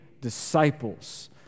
disciples